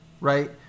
Right